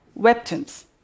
webtoons